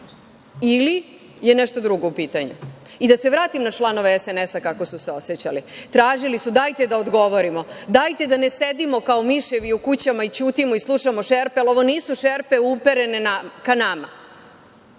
ili je nešto drugo u pitanju. I da se vratim na članove SNS kako su se osećali. Tražili su, dajte da odgovorimo, dajte da ne sedimo kao miševi u kućama i ćutimo i slušamo šerpe, ali ovo nisu šerpe uperene ka nama.